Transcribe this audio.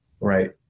right